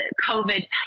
COVID